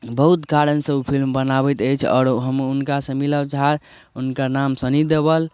बहुत कारण सँ ओ फिलिम बनाबैत अछि आओर हम हुनका सँ मिलब चाहब हुनका नाम सनी देवल